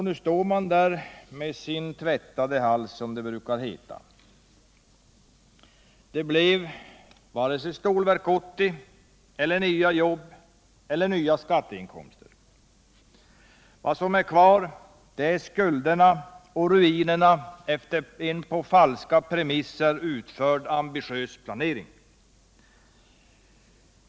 Nu står man där med sin tvättade hals, som det brukar heta. Det blev inte vare sig Stålverk 80, nya jobb eller ökade skatteinkomster. Kvar är skulderna och ruinerna efter en på falska premisser utförd ambitiös planering.